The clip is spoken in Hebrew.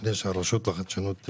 לפני שהרשות לחדשנות תתייחס.